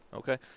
okay